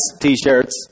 t-shirts